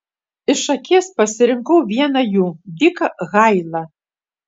iš akies pasirinkau vieną jų diką hailą